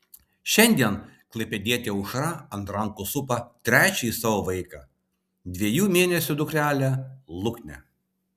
šiandien klaipėdietė aušra ant rankų supa trečiąjį savo vaiką dviejų mėnesių dukrelę luknę